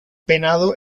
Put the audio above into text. penado